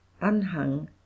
unhung